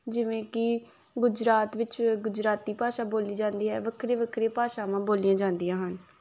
ਜਿਵੇਂ ਕਿ ਗੁਜਰਾਤ ਵਿੱਚ ਗੁਜਰਾਤੀ ਭਾਸ਼ਾ ਬੋਲੀ ਜਾਂਦੀ ਹੈ ਵੱਖਰੀਆਂ ਵੱਖਰੀਆਂ ਭਾਸ਼ਾਵਾਂ ਬੋਲੀਆਂ ਜਾਂਦੀਆਂ ਹਨ